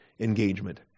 engagement